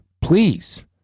please